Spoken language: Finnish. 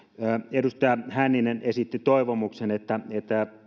edustaja hänninen esitti toivomuksen että että